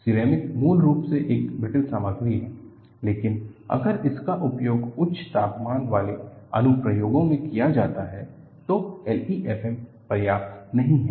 ceramic मूल रूप से एक ब्रिटल सामग्री है लेकिन अगर इसका उपयोग उच्च तापमान वाले अनुप्रयोगों में किया जाता है तो LEFM पर्याप्त नहीं है